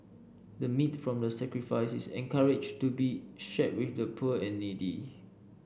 the meat from the sacrifice is encouraged to be shared with the poor and needy